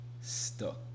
stuck